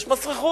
יש מס רכוש,